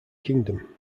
kingdom